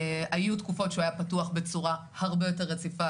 היו תקופות שהוא היה פתוח בצורה הרבה יותר רציפה,